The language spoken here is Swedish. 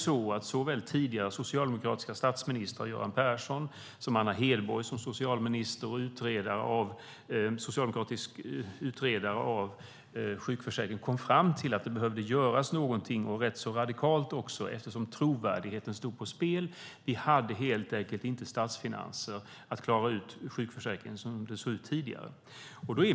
Såväl den tidigare socialdemokratiske statsministern Göran Persson som den tidigare socialdemokratiska socialministern och utredaren av sjukförsäkringen Anna Hedborg kom fram till att det behövde göras något rätt radikalt eftersom trovärdigheten stod på spel. Som det såg ut tidigare hade vi helt enkelt inte statsfinanser att klara ut sjukförsäkringen.